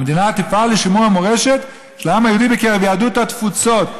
המדינה תפעל לשימור המורשת של העם היהודי בקרב יהדות התפוצות.